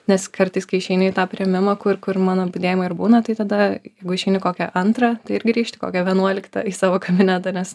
nes kartais kai išeini į tą priėmimą kur kur mano budėjimai ir būna tai tada jeigu išeini kokią antrą tai ir grįžti kokią vienuoliktą į savo kabinetą nes